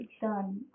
Done